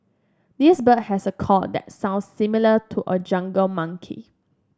this bird has a call that sounds similar to a jungle monkey